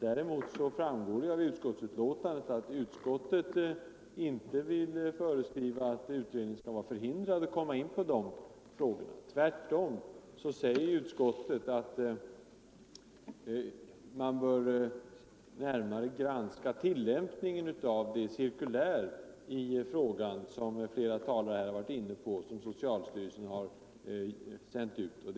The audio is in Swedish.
Däremot framgår det av utskottsbetänkandet att utskottet inte uttalar att utredningen skall vara förhindrad att komma in på dödsbegreppet. Tvärtom säger utskottet att man bör närmare granska tillämpningen av det cirkulär i frågan som socialstyrelsen har sänt ut, och som flera talare här varit inne på.